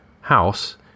house